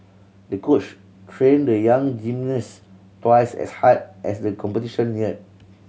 the coach trained the young gymnast twice as hard as the competition neared